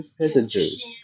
passengers